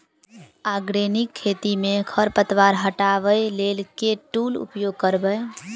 Organic खेती मे खरपतवार हटाबै लेल केँ टूल उपयोग करबै?